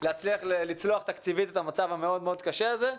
להצליח לצלוח תקציבית את המצב המאוד מאוד קשה הזה.